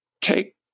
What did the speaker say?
take